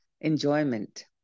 enjoyment